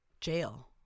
Jail